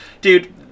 dude